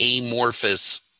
amorphous